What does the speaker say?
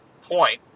point